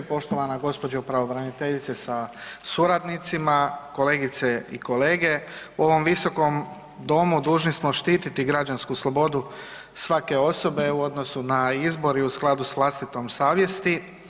Poštovana gospođo pravobraniteljice sa suradnicima, kolegice i kolege u ovom visokom domu dužni smo štiti građansku slobodu svake osobe u odnosu na izbor i u skladu s vlastitom savjesti.